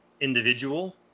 individual